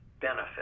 benefit